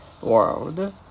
world